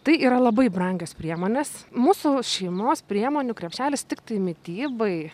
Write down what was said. tai yra labai brangios priemonės mūsų šeimos priemonių krepšelis tiktai mitybai